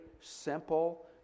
simple